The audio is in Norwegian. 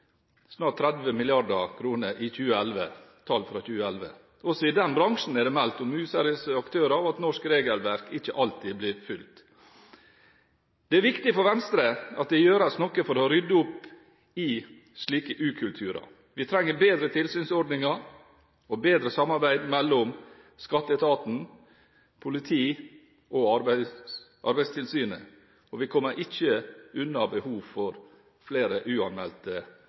30 mrd. kr, i henhold til tall fra 2011. Også i den bransjen er det meldt om useriøse aktører, og at norsk regelverk ikke alltid blir fulgt. Det er viktig for Venstre at det gjøres noe for å rydde opp i slike ukulturer. Vi trenger bedre tilsynsordninger og bedre samarbeid mellom skatteetaten, politiet og Arbeidstilsynet, og vi kommer ikke unna behovet for flere uanmeldte